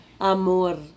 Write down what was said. Amor